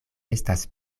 estas